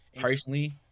personally